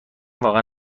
واقعا